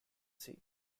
sea